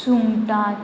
सुंगटां